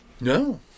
No